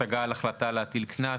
השגה על החלטה להטיל קנס,